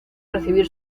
recibir